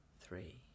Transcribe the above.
three